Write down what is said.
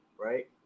right